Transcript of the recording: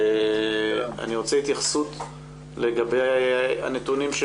אני רוצה התייחסות לגבי הנתונים,